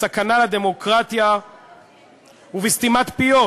בסכנה לדמוקרטיה ובסתימת פיות,